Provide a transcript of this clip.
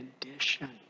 condition